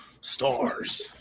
Stars